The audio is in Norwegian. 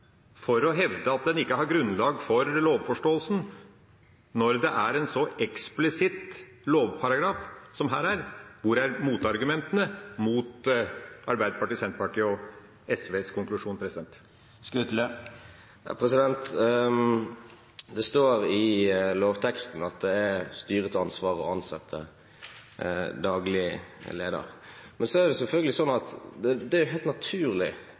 for å hevde at man ikke har grunnlag for lovforståelsen, når det er en så eksplisitt lovparagraf som her. Hvor er motargumentene mot Arbeiderpartiets, Senterpartiets og SVs konklusjon? Det står i lovteksten at det er styrets ansvar å ansette daglig leder. Men så er det selvfølgelig sånn at det er helt naturlig